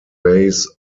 base